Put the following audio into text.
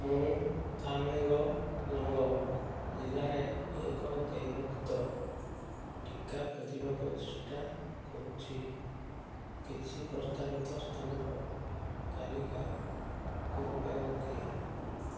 ମୁଁ ତାମେଙ୍ଗଲଙ୍ଗ ଜିଲ୍ଲାରେ ଏକ ଦେୟମୁକ୍ତ ଟିକା ଖୋଜିବାକୁ ଚେଷ୍ଟା କରୁଛି କିଛି ପ୍ରସ୍ତାବିତ ସ୍ଥାନର ତାଲିକା କରିପାରିବ କି